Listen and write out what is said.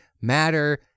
matter